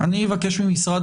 אני אבקש ממשרד